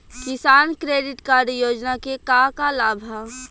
किसान credit card योजना के का का लाभ ह?